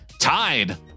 Tied